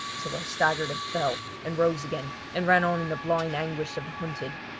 till i staggered and fell, and rose again, and ran on in the blind anguish of the hunted.